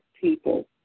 people